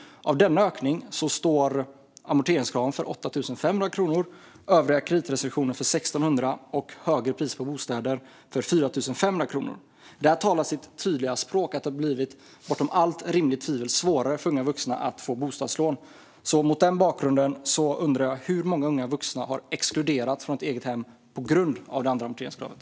Av denna ökning står amorteringskraven för 8 500 kronor, övriga kreditrestriktioner för 1 600 och högre priser på bostäder för 4 500 kronor. Detta talar sitt tydliga språk: Det har bortom allt rimligt tvivel blivit svårare för unga vuxna att få bostadslån. Mot den bakgrunden undrar jag hur många unga vuxna som har exkluderats från att ha ett eget hem på grund av det andra amorteringskravet.